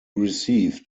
received